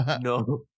no